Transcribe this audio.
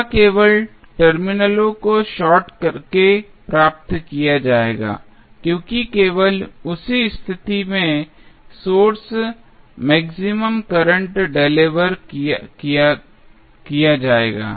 यह केवल टर्मिनलों को शार्ट करके प्राप्त किया जाएगा क्योंकि केवल उसी स्थिति में सोर्स द्वारा मैक्सिमम करंट डेलिवर किया जाएगा